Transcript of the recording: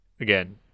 Again